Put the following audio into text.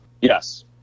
Yes